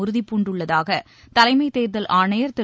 உறுதிபூண்டுள்ளதாக தலைமை தேர்தல் ஆணையர் திரு